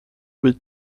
with